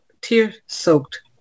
tear-soaked